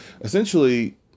Essentially